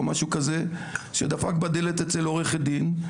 או משהו כזה שדפק בדלת אצל עורכת דין,